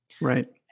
Right